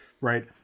Right